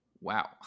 Wow